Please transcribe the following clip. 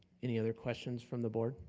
any other questions from the board?